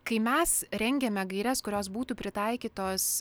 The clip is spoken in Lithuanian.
kai mes rengėme gaires kurios būtų pritaikytos